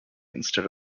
instead